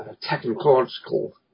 technological